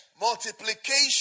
Multiplication